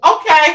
Okay